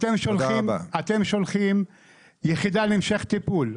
אתם שולחים יחידה להמשך טיפול,